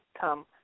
come